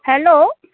hello